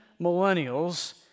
millennials